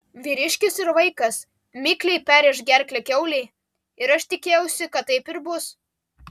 vyriškis ir vaikas mikliai perrėš gerklę kiaulei ir aš tikėjausi kad taip ir bus